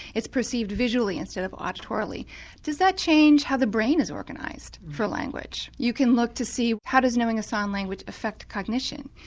it's perceived visually of auditorially does that change how the brain is organised for language? you can look to see how does knowing a sign language affect cognition.